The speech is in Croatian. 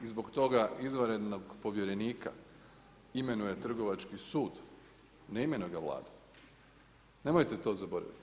I zbog toga izvanrednog povjerenika imenuje Trgovački sud, ne imenuje ga Vlada, nemojte to zaboravit.